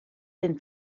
den